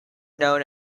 known